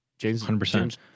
James